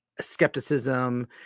skepticism